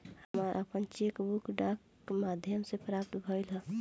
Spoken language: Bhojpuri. हमरा आपन चेक बुक डाक के माध्यम से प्राप्त भइल ह